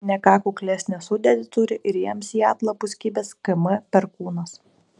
ne ką kuklesnę sudėtį turi ir jiems į atlapus kibęs km perkūnas